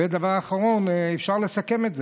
ודבר אחרון, אפשר לסכם את זה: